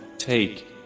take